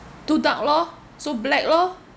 too dark lor so black lor